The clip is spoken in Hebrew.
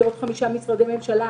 זה עוד חמישה משרדי ממשלה,